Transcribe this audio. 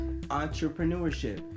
Entrepreneurship